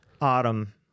autumn